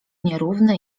nierówny